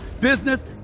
business